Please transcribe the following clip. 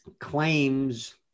claims